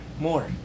more